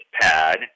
Pad